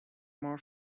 more